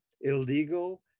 illegal